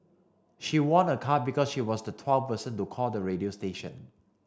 she won a car because she was the twelfth person to call the radio station